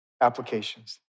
applications